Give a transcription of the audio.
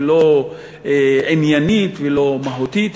לא עניינית ולא מהותית.